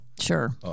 Sure